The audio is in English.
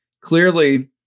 clearly